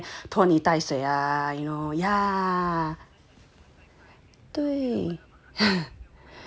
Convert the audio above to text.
就是不可以好像在那边拖泥带水 ya you know yeah 对啊